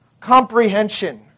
comprehension